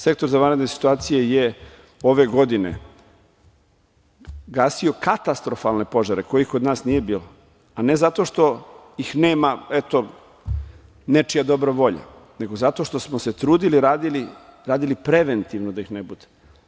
Sektor za vanredne situacije je ove godine gasio katastrofalne požare kojih kod nas nije bilo, a ne zato što ih nema, eto, nečija dobra volja, nego zato što smo se trudili, radili, radili preventivno da ih ne bude.